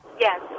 Yes